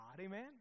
Amen